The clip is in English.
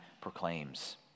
proclaims